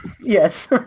Yes